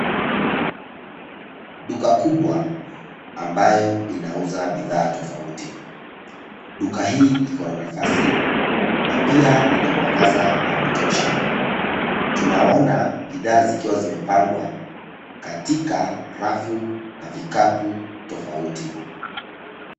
Duka kubwa ambayo inauza bidhaa tofauti. Duka hii ikona nafasi na pia ina mwangaza wa kutosha. Tunaona bidhaa zikiwa zimepangwa katika rafu na vikapu tofauti.